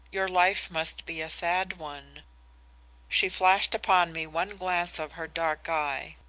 your life must be a sad one she flashed upon me one glance of her dark eye.